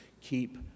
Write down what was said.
keep